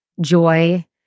joy